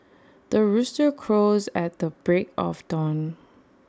the rooster crows at the break of dawn